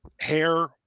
hair